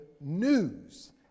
news